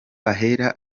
ahera